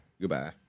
Goodbye